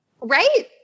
Right